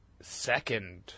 second